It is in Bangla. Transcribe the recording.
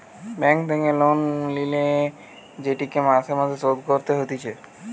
ব্যাঙ্ক থেকে লোন লিলে সেটিকে মাসে মাসে শোধ করতে হতিছে